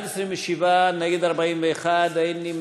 54, לסעיף 9, בעד, 27, נגד, 41, אין נמנעים.